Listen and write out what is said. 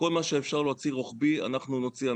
כל מה שאפשר להוציא רוחבי אנחנו נוציא.